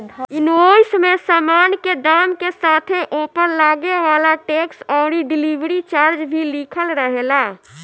invoice में सामान के दाम के साथे ओपर लागे वाला टेक्स अउरी डिलीवरी चार्ज भी लिखल रहेला